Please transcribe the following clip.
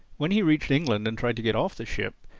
when he reached england and tried to get off the ship,